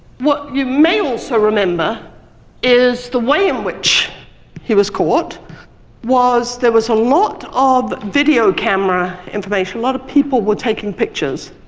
what you may also remember is the way in which he was caught was there was a lot of video camera information, a lot of people were taking pictures,